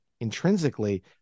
intrinsically